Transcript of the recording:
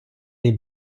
dem